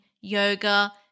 yoga